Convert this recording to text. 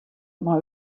mei